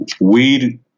weed